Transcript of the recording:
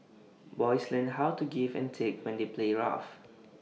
boys learn how to give and take when they play rough